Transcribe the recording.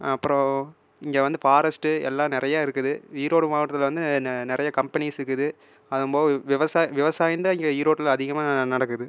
அப்புறம் இங்கே வந்து ஃபாரஸ்ட்டு எல்லாம் நிறையா இருக்குது ஈரோடு மாவட்டத்தில் வந்து நிறைய கம்பெனிஸ் இருக்குது அதுவும் போக விவசாயம் விவசாயம் தான் இங்கே ஈரோட்டில் அதிகமாக நடக்குது